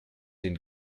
den